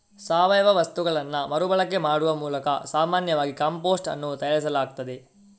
ಸಾವಯವ ವಸ್ತುಗಳನ್ನ ಮರು ಬಳಕೆ ಮಾಡುವ ಮೂಲಕ ಸಾಮಾನ್ಯವಾಗಿ ಕಾಂಪೋಸ್ಟ್ ಅನ್ನು ತಯಾರಿಸಲಾಗ್ತದೆ